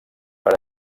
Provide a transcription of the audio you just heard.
per